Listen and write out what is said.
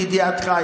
לידיעתך,